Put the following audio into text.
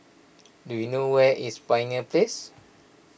do you know where is Pioneer Place